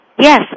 Yes